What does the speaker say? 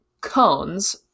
cones